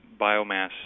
biomass